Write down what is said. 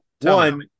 One